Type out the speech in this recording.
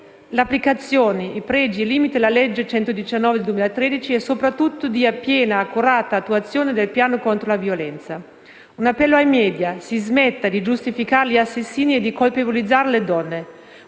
l'applicazione, i pregi e i limiti della legge n. 119 del 2013 e, soprattutto, dia piena e accurata attuazione al piano contro la violenza. Rivolgo altresì un appello ai *media*: si smetta di giustificare gli assassini e di colpevolizzare le donne.